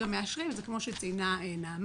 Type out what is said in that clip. מאשרים כרגע זה כמו שציינה נעמה,